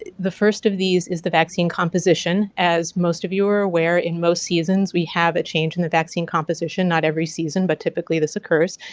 the first of these is the vaccine composition. as most of you are aware, in most seasons we have a change in the vaccine composition, not every season, but typically this occurs.